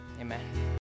Amen